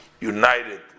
united